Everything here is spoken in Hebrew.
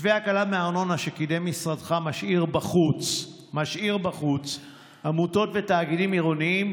מתווה הקלה מארנונה שקידם משרדך משאיר בחוץ עמותות ותאגידים עירוניים,